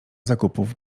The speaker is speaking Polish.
zakupów